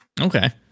Okay